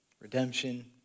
redemption